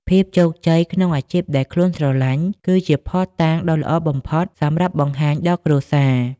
ភាពជោគជ័យក្នុងអាជីពដែលខ្លួនស្រលាញ់ គឺជាភស្តុតាងដ៏ល្អបំផុតសម្រាប់បង្ហាញដល់គ្រួសារ។